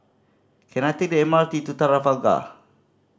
can I take the M R T to Trafalgar